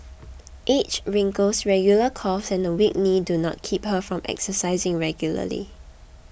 age wrinkles regular coughs and a weak knee do not keep her from exercising regularly